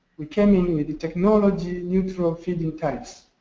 we came in with the technology neutral feed in tariffs.